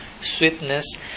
sweetness